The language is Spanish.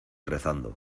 rezando